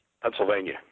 Pennsylvania